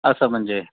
असं म्हणजे